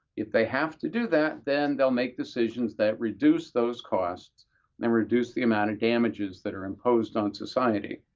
if they have to do that, then they'll make decisions that reduce those costs and reduce the amount of damages that are imposed on society.